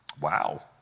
Wow